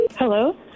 Hello